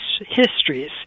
histories